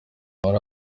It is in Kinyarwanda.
muri